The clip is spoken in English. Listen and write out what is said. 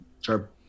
Sure